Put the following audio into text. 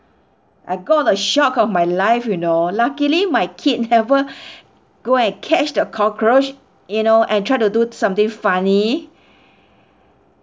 I got a shock of my life you know luckily my kid never go and catch the cockroach you know and try to do something funny